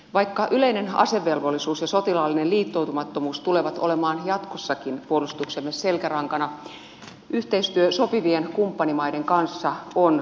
vaikka yleinen asevelvollisuus ja sotilaallinen liittoutumattomuus tulevat olemaan jatkossakin puolustuksemme selkärankana yhteistyö sopivien kumppanimaiden kanssa on kannatettavaa